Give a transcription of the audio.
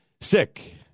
sick